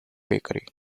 bakery